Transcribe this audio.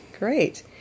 Great